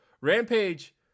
rampage